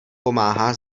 pomáhá